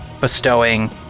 bestowing